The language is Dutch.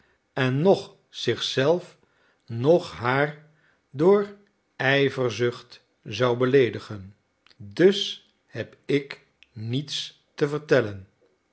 en noch zich zelf noch haar door ijverzucht zou beleedigen dus heb ik niets te vertellen